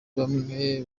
bamwe